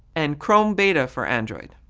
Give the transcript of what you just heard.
and chrome beta for android.